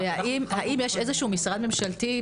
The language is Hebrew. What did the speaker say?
האם יש משרד ממשלתי כלשהו,